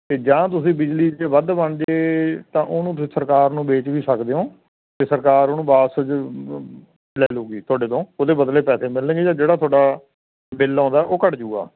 ਅਤੇ ਜਾਂ ਤੁਸੀਂ ਬਿਜਲੀ ਜੇ ਵੱਧ ਬਣ ਜਾਵੇ ਤਾਂ ਉਹਨੂੰ ਸਰਕਾਰ ਨੂੰ ਵੇਚ ਵੀ ਸਕਦੇ ਹੋ ਅਤੇ ਸਰਕਾਰ ਉਹਨੂੰ ਵਾਪਸ 'ਚ ਲੈ ਲੂਗੀ ਤੁਹਾਡੇ ਤੋਂ ਉਹਦੇ ਬਦਲੇ ਪੈਸੇ ਮਿਲਣਗੇ ਜਾਂ ਜਿਹੜਾ ਤੁਹਾਡਾ ਬਿੱਲ ਆਉਂਦਾ ਉਹ ਘੱਟ ਜੂਗਾ